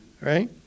right